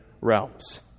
realms